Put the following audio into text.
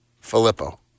Filippo